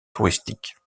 touristiques